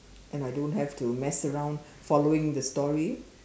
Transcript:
and I don't have to mess around following the story